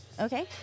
okay